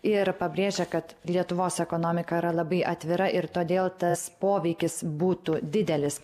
ir pabrėžė kad lietuvos ekonomika yra labai atvira ir todėl tas poveikis būtų didelis